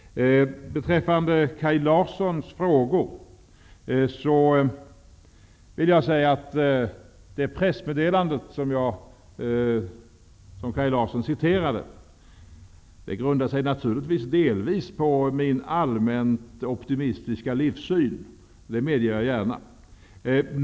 Beträffande Kaj Larssons frågor så vill jag säga att det pressmeddelande som Kaj Larsson citerade naturligtvis delvis grundar sig på min allmänt optimistiska livssyn, det medger jag gärna.